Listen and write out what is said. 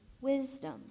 wisdom